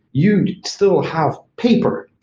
you still have paper.